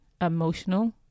emotional